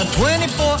24